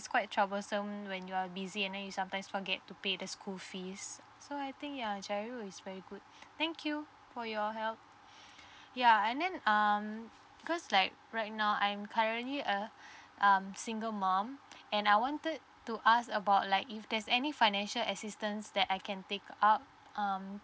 quite troublesome when you are busy and then you sometimes forget to pay the school fees so I think ya giro is very good thank you for your help ya and then um because like right now I'm currently uh um single mom and I wanted to ask about like if there's any financial assistance that I can take out um